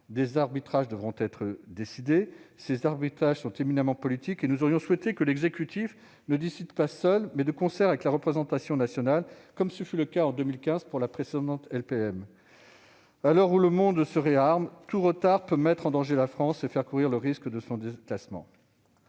Des arbitrages devront donc être décidés. Comme il s'agit d'arbitrages éminemment politiques, nous aurions souhaité que l'exécutif décide non pas seul, mais de concert avec la représentation nationale, comme ce fut le cas en 2015 pour la précédente LPM. À l'heure où le monde se réarme, tout retard peut mettre en danger la France et faire courir le risque de son déclassement.